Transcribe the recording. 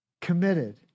Committed